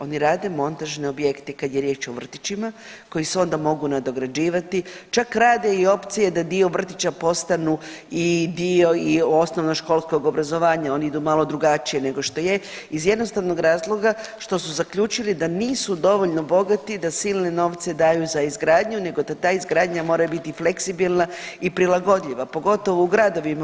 Oni rade montažne objekte i kad je riječ o vrtićima koji se ona mogu nadograđivati, čak rade i opcije da dio vrtića postanu i dio i osnovnoškolskog obrazovanja, oni idu malo drugačije nego što je iz jednostavnog razloga što su zaključili da nisu dovoljno bogati da silne novce daju za izgradnju, nego da ta izgradnja mora biti fleksibilna i prilagodljiva pogotovo u gradovima.